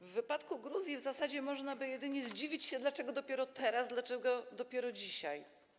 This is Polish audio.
W wypadku Gruzji w zasadzie można by jedynie zdziwić się, dlaczego dopiero teraz, dlaczego dopiero dzisiaj.